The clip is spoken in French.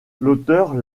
l’auteur